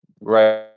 right